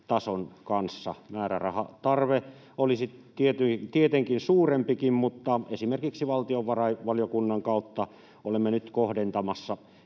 tason kanssa. Määrärahatarve olisi tietenkin suurempikin, mutta esimerkiksi valtiovarainvaliokunnan kautta olemme nyt kohdentamassa